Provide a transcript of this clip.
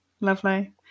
lovely